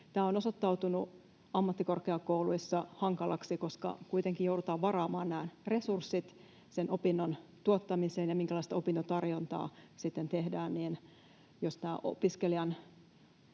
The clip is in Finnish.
Tämä on osoittautunut ammattikorkeakouluissa hankalaksi, koska kun kuitenkin joudutaan varaamaan nämä resurssit sen opinnon tuottamiseen ja siihen, minkälaista opintotarjontaa sitten tehdään, niin jos tämä opiskelijan